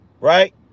Right